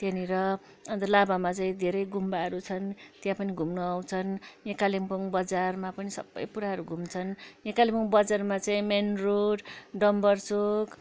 त्यहाँनिर अन्त लाभामा चाहिँ धेरै गुम्बाहरू छन् त्यहाँ पनि घुम्नु आउँछन् यहाँ कालिम्पोङ बजारमा पनि सबै पुराहरू घुम्छन् या कालिम्पोङ बजारमा चाहिँ मेन रोड डम्बर चौक